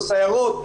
בסיירות,